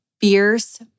fierce